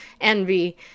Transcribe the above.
envy